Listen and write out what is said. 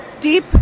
deep